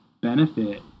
benefit